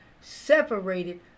separated